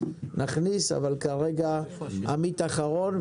אבל כרגע עמית אחרון.